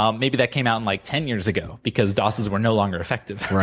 um maybe that came out in like ten years ago, because dos's were no longer affective.